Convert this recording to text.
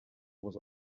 was